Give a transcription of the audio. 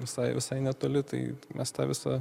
visai visai netoli tai mesta visa